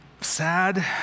sad